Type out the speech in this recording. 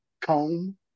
comb